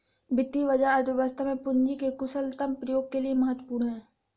वित्तीय बाजार अर्थव्यवस्था में पूंजी के कुशलतम प्रयोग के लिए महत्वपूर्ण है